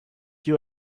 you